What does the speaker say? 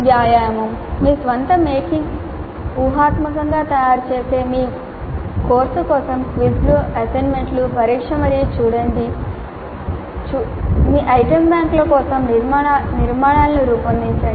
వ్యాయామం మీ స్వంత making ఊహాత్మకంగా తయారుచేసే మీ కోర్సు కోసం క్విజ్లు అసైన్మెంట్లు పరీక్ష మరియు చూడండి కోసం ఐటమ్ బ్యాంకుల కోసం నిర్మాణాలను రూపొందించండి